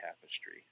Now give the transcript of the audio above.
tapestry